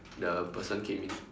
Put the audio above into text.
the person came in